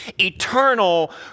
eternal